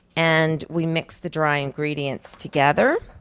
and we mix the dry ingredients together,